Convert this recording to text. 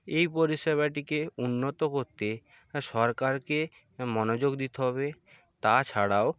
এই পরিষেবাটিকে উন্নত করতে সরকারকে মনোযোগ দিতে হবে তাছাড়াও